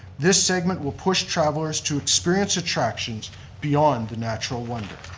this segment will push travelers to experience attractions beyond the natural wonder.